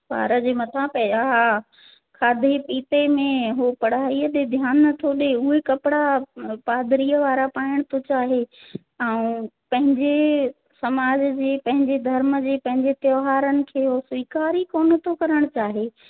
ॿार जे मथां पहिरियां खां खाधे पीते में हू पढ़ाईअ ते ध्यानु नथो ॾिए उहे कपिड़ा पादरीअ वारा पाइणु थो चाहे ऐं पंहिंजे समाज जे पंहिंजे धर्म जे पंहिंजे त्योहारनि खे हू स्वीकार ई कोन थो करणु चाहे